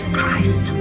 Christ